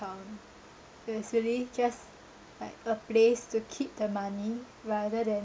it actually just like a place to keep the money rather than